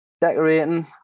Decorating